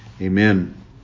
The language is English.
Amen